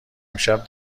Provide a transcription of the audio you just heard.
امشب